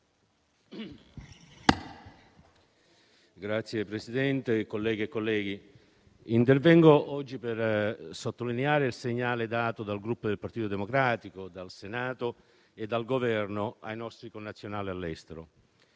Signor Presidente, colleghe e colleghi, intervengo oggi per sottolineare il segnale dato dal Gruppo Partito Democratico, dal Senato e dal Governo ai nostri connazionali all'estero.